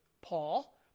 Paul